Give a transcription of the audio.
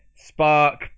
Spark